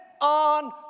on